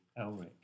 Elric